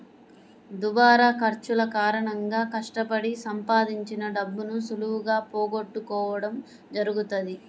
దుబారా ఖర్చుల కారణంగా కష్టపడి సంపాదించిన డబ్బును సులువుగా పోగొట్టుకోడం జరుగుతది